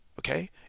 Okay